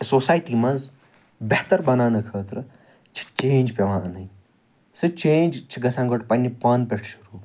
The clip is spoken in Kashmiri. سوسایٹی مَنٛز بہتر بَناونہٕ خٲطرٕ چھِ چینٛج پیٚوان اَنٕنۍ سۄ چینٛج چھِ گَژھان گۄڈٕ پَننہِ پانہٕ پٮ۪ٹھ شُروع